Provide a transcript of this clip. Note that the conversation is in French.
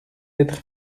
être